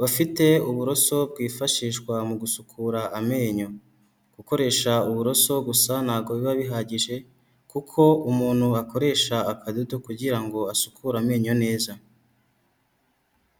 bafite uburoso bwifashishwa mu gusukura amenyo, gukoresha uburoso gusa ntago biba bihagije kuko umuntu akoresha akadodo kugira ngo asukure amenyo neza.